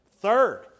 Third